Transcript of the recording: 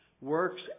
works